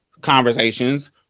conversations